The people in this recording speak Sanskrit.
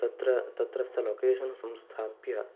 तत्र तत्रस्थ लोकेशन् संस्थाप्य